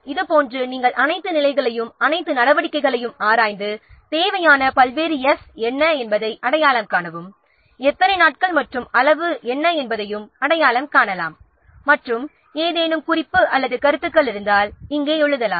இதுபோன்றுநாம் அனைத்து நிலைகளையும் அனைத்து நடவடிக்கைகளையும் ஆராய்ந்து தேவையான பல்வேறு 's' என்ன என்பதை அடையாளம் காணவும் எத்தனை நாட்கள் மற்றும் என்ன அளவுஎன்பதையும் அடையாளம் காணலாம் மற்றும் ஏதேனும் குறிப்பு அல்லது கருத்துக்கள் இருந்தால் இங்கே எழுதலாம்